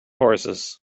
horses